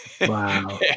Wow